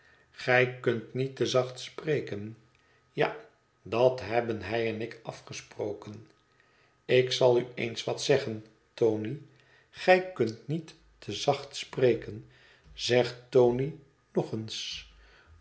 gij kunt niet te zacht spreken ja dat hebben hij en ik afgesproken ik zal u eens wat zeggen tony gij kunt niet te zacht spreken zegt tony nog eens